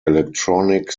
electronic